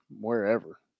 wherever